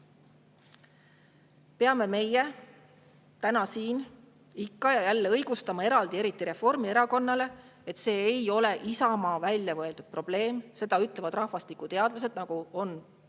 peame meie siin ikka ja jälle õigustama, eraldi eriti Reformierakonnale, et see ei ole Isamaa väljamõeldud probleem, seda ütlevad rahvastikuteadlased, nagu on